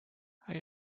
are